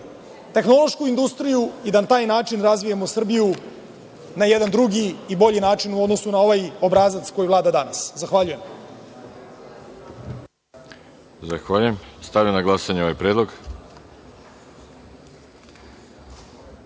tehnološku industriju i da na taj način razvijemo Srbiju na jedan drugi i bolji način, u odnosu na ovaj obrazac koji vlada danas. Zahvaljujem. **Veroljub Arsić** Zahvaljujem. Stavljam na glasanje ovaj